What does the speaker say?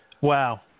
Wow